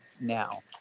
now